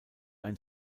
ein